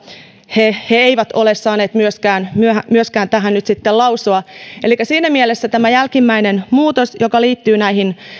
he he eivät myöskään ole saaneet tähän nyt sitten lausua siinä mielessä tämä jälkimmäinen muutos joka liittyy näihin